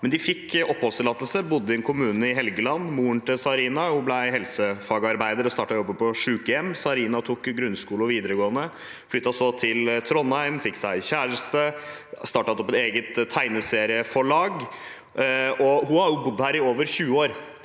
De fikk oppholdstillatelse og bodde i en kommune i Helgeland. Moren til Zarina ble helsefagarbeider og begynte å jobbe på sykehjem. Zarina tok grunnskole og videregående og flyttet så til Trondheim, fikk seg kjæreste og startet opp et eget tegneserieforlag. Hun har jo bodd her i over 20 år,